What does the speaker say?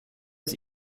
aus